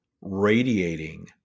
radiating